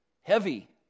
heavy